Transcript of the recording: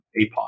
APOD